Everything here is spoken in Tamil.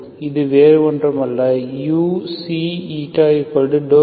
இது வேறு ஒன்றுமல்ல uξη2u2 2u2